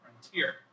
frontier